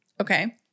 Okay